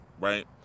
Right